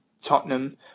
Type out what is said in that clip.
Tottenham